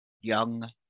young